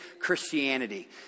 Christianity